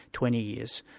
twenty years'.